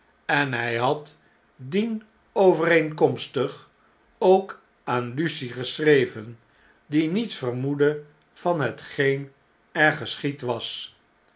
en hij had dienovereenkomstig een consult ook aan lucie geschreven die niets vermoedde van hetgeen er geschied was